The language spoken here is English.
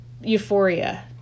euphoria